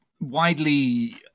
widely